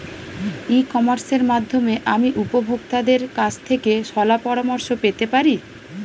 ই কমার্সের মাধ্যমে আমি উপভোগতাদের কাছ থেকে শলাপরামর্শ পেতে পারি?